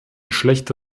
schlechte